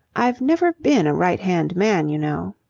i've never been a right-hand man, you know.